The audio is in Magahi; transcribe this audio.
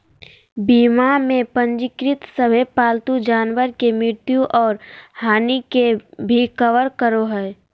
बीमा में पंजीकृत सभे पालतू जानवर के मृत्यु और हानि के भी कवर करो हइ